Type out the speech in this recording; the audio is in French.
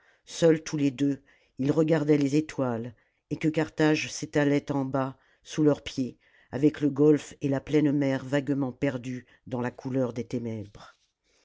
seuls tous les deux ils regardaient les étoiles et que carthage s'étalait en bas sous leurs pieds avec le golfe et la pleine mer vaguement perdus dans la couleur des ténèbres